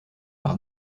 par